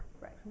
Right